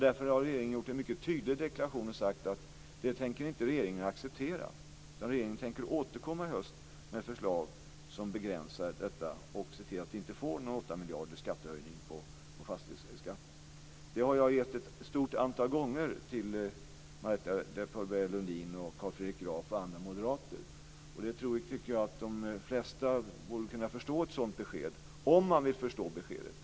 Därför har regeringen gjort en mycket tydlig deklaration och sagt att detta tänker inte regeringen acceptera, utan regeringen tänker återkomma i höst med förslag som begränsar detta och se till att vi inte får några 8 miljarder i skattehöjning genom fastighetsskatten. Det svaret har jag gett ett stort antal gånger till Marietta de Pourbaix-Lundin, Carl Fredrik Graf och andra moderater. Jag tycker att de flesta borde kunna förstå ett sådant besked, om man vill förstå beskedet.